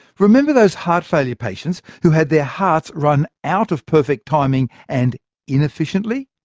remember those heart failure patients who had their hearts run out of perfect timing, and inefficiently.